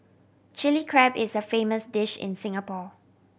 Chilli Crab is a famous dish in Singapore